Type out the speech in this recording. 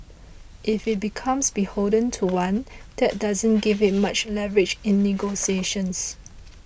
if it becomes beholden to one that doesn't give it much leverage in negotiations